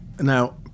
Now